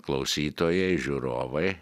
klausytojai žiūrovai